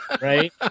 Right